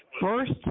first